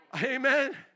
Amen